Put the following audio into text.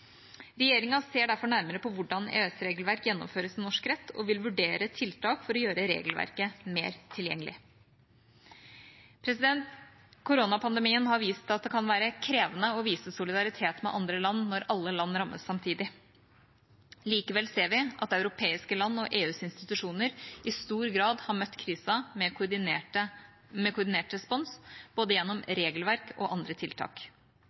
Regjeringa ser derfor nærmere på hvordan EØS-regelverk gjennomføres i norsk rett, og vil vurdere tiltak for å gjøre regelverket mer tilgjengelig. Koronapandemien har vist at det kan være krevende å vise solidaritet med andre land når alle land rammes samtidig. Likevel ser vi at europeiske land og EUs institusjoner i stor grad har møtt krisen med koordinert respons både gjennom regelverk og andre tiltak.